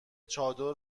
چادر